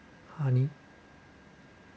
honey